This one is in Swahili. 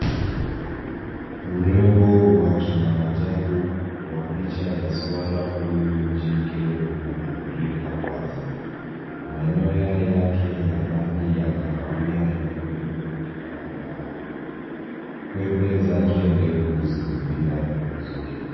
Urembo wa kimaajabu wa picha ya swara huyu jike unadhihirika wazi. Manyoya yake ya rangi ya kahawia nyekundu yanang'aa. Pembe zake ndefu zimepinda kwa uzuri.